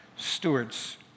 stewards